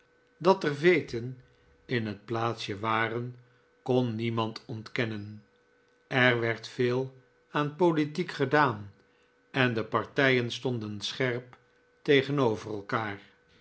dat er veeten in het plaatsje waren kon niemand ontkennen er werd veel aan politiek gedaan en de partijen stonden scherp tegenover elkaar